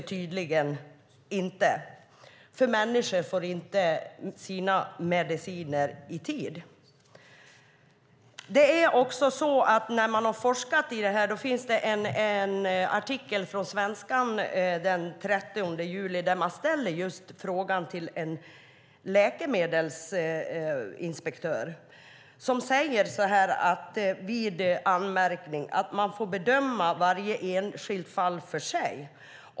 Människor får inte sina mediciner i tid. Det har forskats kring det här. I en artikel i Svenska Dagbladet den 30 juli ställdes en fråga till en läkemedelsinspektör, som säger att man vid anmärkning får bedöma varje enskilt fall för sig.